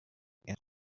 and